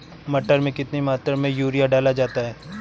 मटर में कितनी मात्रा में यूरिया डाला जाता है?